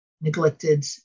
neglected